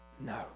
No